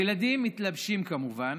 הילדים מתלבשים, כמובן,